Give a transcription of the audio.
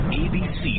abc